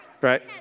Right